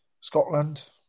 Scotland